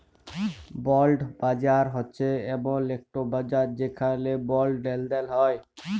বল্ড বাজার হছে এমল ইকট বাজার যেখালে বল্ড লেলদেল হ্যয়